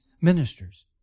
ministers